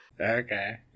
okay